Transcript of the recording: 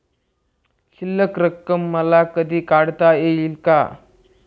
शिल्लक रक्कम मला कधी काढता येईल का?